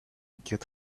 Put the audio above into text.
get